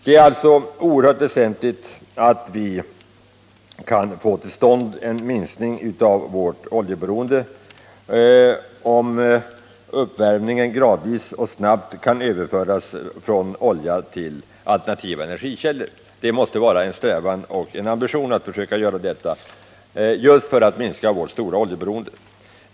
Det är alltså oerhört väsentligt att vi kan få till stånd en minskning av vårt oljeberoende genom att uppvärmningen gradvis och snabbt överförs från olja till alternativa energikällor. Det måste vara en strävan och ambition att försöka åstadkomma detta just för att minska vårt stora oljeberoende.